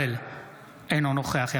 אינו נוכח משה ארבל,